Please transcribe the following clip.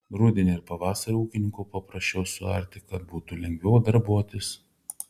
rudenį ir pavasarį ūkininkų paprašau suarti kad būtų lengviau darbuotis